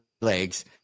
legs